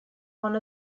one